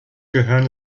gehören